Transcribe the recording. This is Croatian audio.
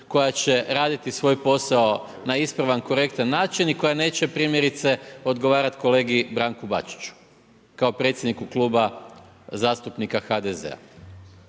koja će raditi svoj posao na ispravan, korektan način i koja neće primjerice odgovarati kolegi Branku Bačiću, kao predsjedniku Kluba zastupnika HDZ-a.